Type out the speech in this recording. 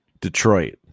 Detroit